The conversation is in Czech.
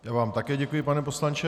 Já vám také děkuji, pane poslanče.